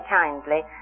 kindly